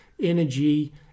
energy